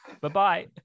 Bye-bye